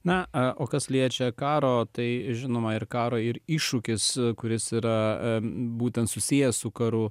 na o kas liečia karo tai žinoma ir karo ir iššūkis kuris yra būtent susijęs su karu